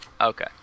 Okay